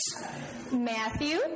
Matthew